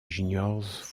juniors